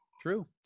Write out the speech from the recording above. True